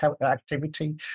activity